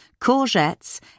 courgettes